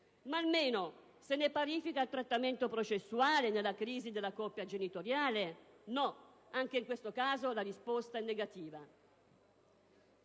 Ma almeno se ne parifica il trattamento processuale nella crisi della coppia genitoriale? No, anche in questo caso la risposta è negativa.